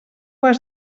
has